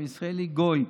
אבל ישראלי גוי.